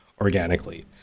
organically